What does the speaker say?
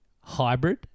hybrid